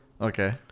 Okay